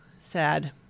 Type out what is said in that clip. sad